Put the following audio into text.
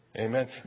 Amen